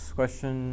question